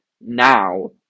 now